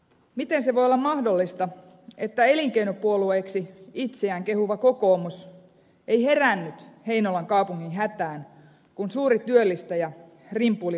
miten se voi olla mahdollista että elinkeinopuolueeksi itseään kehuva kokoomus ei herännyt heinolan kaupungin hätään kun suuri työllistäjä rimpuili vaikeuksissa